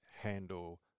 handle